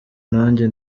nanjye